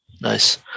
Nice